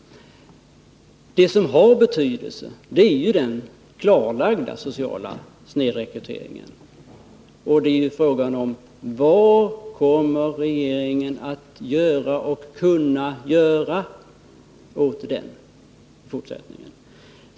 Det som har betydelse är ju den snedhet i den sociala rekryteringen som är klarlagd. Frågan är vad regeringen kommer att kunna göra och kommer att göra åt den i fortsättningen.